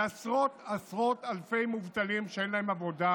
לעשרות עשרות אלפי מובטלים שאין להם עבודה,